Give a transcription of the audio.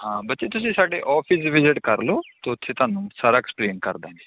ਹਾਂ ਬੱਚੇ ਤੁਸੀਂ ਸਾਡੇ ਔਫਿਸ ਵਿਜਿਟ ਕਰ ਲਉ ਅਤੇ ਉੱਥੇ ਤੁਹਾਨੂੰ ਸਾਰਾ ਐਕਸਪਲੇਨ ਕਰ ਦੇਵਾਂਗੇ